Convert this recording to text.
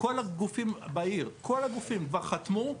כל הגופים בעיר, כל הגופים כבר חתמו.